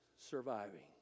surviving